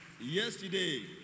Yesterday